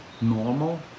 normal